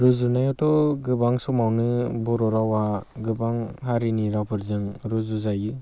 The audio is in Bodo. रुजुनायावथ' गोबां समावनो बर' रावआ गोबां हारिनि रावफोरजों रुजु जायो